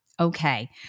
Okay